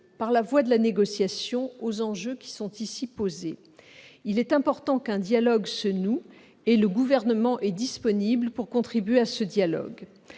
par la voie de la négociation, aux enjeux qui sont posés. Il est important qu'un dialogue se noue. Le Gouvernement est disponible pour y contribuer. Je constate